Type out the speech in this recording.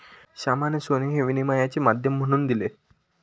श्यामाने सोने हे विनिमयाचे माध्यम म्हणून दिले